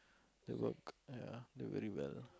they work ya they very well